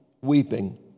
weeping